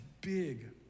big